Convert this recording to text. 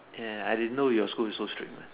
ya I didn't know your school is so strict what